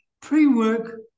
pre-work